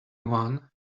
one